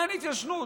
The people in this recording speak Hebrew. אין התיישנות.